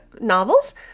novels